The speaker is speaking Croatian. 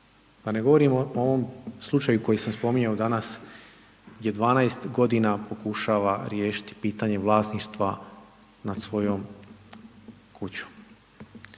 Pa ne govorim o ovom slučaju koji sam spominjao danas, gdje 12 g. pokušava riješiti pitanje vlasništva nad svojoj kućom.